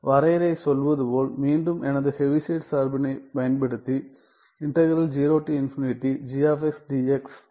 வரையறை சொல்வது போல் மீண்டும் எனது ஹெவிசைட் சார்பினை பயன்படுத்தி வழங்கப்படுகிறது